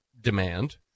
demand